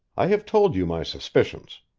i have told you my suspicions.